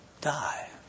die